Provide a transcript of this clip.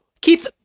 Keith